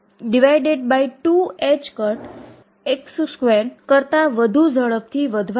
અને આ ઉકેલ આપણે વિલ્સન સમરફિલ્ડની ક્વોન્ટાઇઝેશન સ્થિતિમાંથી પહેલા મેળવી લીધું છે